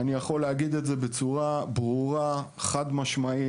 אני יכול להגיד את זה בצורה ברורה, חד משמעית.